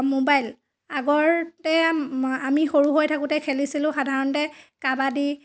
mobile আগৰ তে আমি সৰু হৈ থাকোঁতে খেলিছিলোঁ সাধাৰণতে কাবাডী